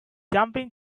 jumping